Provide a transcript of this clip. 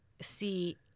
see